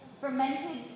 fermented